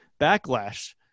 backlash